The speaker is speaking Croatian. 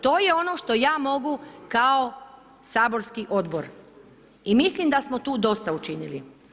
To je ono što ja mogu kao saborski odbor i mislim da smo tu dosta učinili.